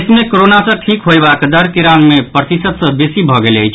देश मे कोरोना सँ ठीक होयवाक दर तीरानवे प्रतिशत सँ वेसी भऽ गेल अछि